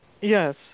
Yes